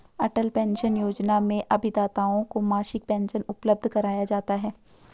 अटल pension Yojana में अभिदाताओं को मासिक पेंशन उपलब्ध कराया जाता है